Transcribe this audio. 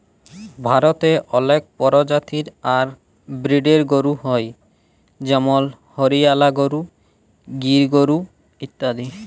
ভারতে অলেক পরজাতি আর ব্রিডের গরু হ্য় যেমল হরিয়ালা গরু, গির গরু ইত্যাদি